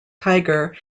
tiger